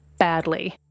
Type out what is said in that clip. badly.